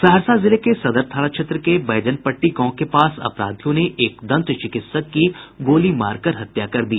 सहरसा जिले के सदर थाना क्षेत्र के बैजनपट्टी गांव के पास अपराधियों ने एक दंत चिकित्सक की गोलीमार कर हत्या कर दी